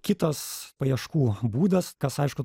kitas paieškų būdas kas aišku